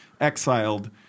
exiled